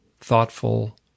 thoughtful